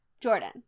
jordan